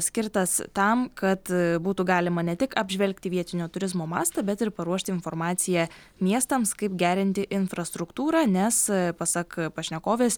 skirtas tam kad būtų galima ne tik apžvelgti vietinio turizmo mastą bet ir paruošti informaciją miestams kaip gerinti infrastruktūrą nes pasak pašnekovės